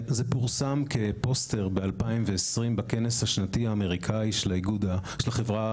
זה פורסם כפוסטר ב-2020 בכנס השנתי האמריקאי של החברה